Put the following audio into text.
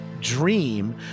dream